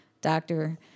doctor